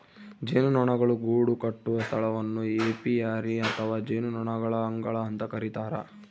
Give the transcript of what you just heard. ಜೇನುನೊಣಗಳು ಗೂಡುಕಟ್ಟುವ ಸ್ಥಳವನ್ನು ಏಪಿಯರಿ ಅಥವಾ ಜೇನುನೊಣಗಳ ಅಂಗಳ ಅಂತ ಕರಿತಾರ